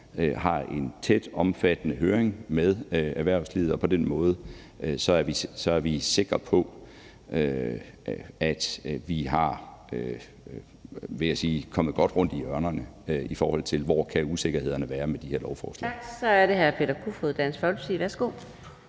har en tæt og omfattende høring med erhvervslivet, og på den måde er vi sikre på, at vi er, vil jeg sige, kommet godt rundt i hjørnerne, i forhold til hvor usikkerhederne i de her lovforslag